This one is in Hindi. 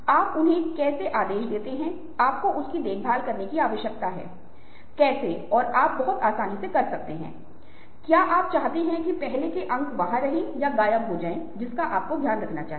तो यह मीडिया के लिए एक बहुत ही शक्तिशाली विकल्प बन गया है जो स्पष्ट रूप से प्रामाणिक आवाज है लेकिन यहां आपने पाया है एक वैकल्पिक प्रामाणिक आवाज की खोज शुरू कर दी है